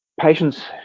Patients